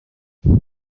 just